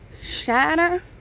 shatter